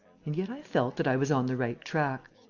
and yet i felt that i was on the right track.